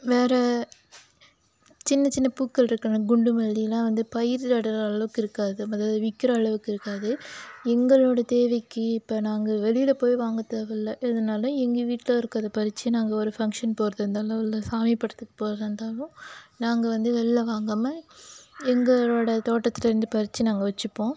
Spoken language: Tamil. வேறு சின்ன சின்னப் பூக்கள் இருக்குமெல குண்டுமல்லியெலாம் வந்து பயிரிடுகிற அளவுக்கு இருக்காது அதாவது விற்கிற அளவுக்கு இருக்காது எங்களோட தேவைக்கு இப்போ நாங்கள் வெளியில் போய் வாங்கத் தேவையில்ல எதுனாலும் எங்கள் வீட்டில் இருக்கிறத பறிச்சு நாங்கள் ஒரு பங்ஷன் போகிறதா இருந்தாலும் இல்லை சாமி படத்துக்கு போடுகிறதா இருந்தாலும் நாங்கள் வந்து வெளில வாங்காமல் எங்களோட தோட்டத்திலருந்து பறிச்சு நாங்கள் வச்சுப்போம்